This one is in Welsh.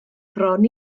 bron